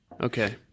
Okay